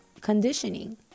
conditioning